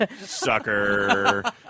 Sucker